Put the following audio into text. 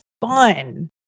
fun